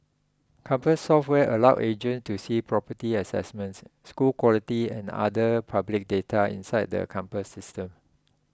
compass software allows agents to see property assessments school quality and other public data inside the Compass System